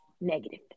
negative